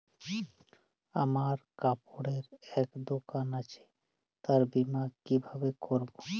আমার কাপড়ের এক দোকান আছে তার বীমা কিভাবে করবো?